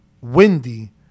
windy